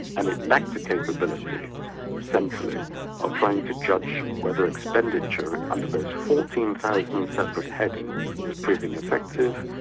and it lacked a capability centrally of trying to judge whether expenditure under those fourteen thousand separate headings was proving effective,